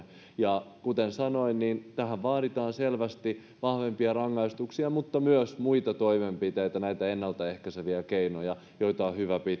ja kuten sanoin tähän vaaditaan selvästi vahvempia rangaistuksia mutta myös muita toimenpiteitä näitä ennaltaehkäiseviä keinoja joita on hyvä